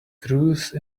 cruise